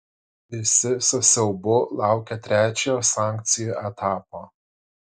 visi su siaubu laukia trečiojo sankcijų etapo